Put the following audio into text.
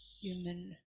human